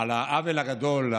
על העוול הגדול,